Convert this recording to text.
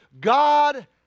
God